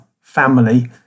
family